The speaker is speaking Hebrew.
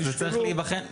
תשקלו --- זה צריך להיבחן,